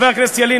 חבר הכנסת ילין,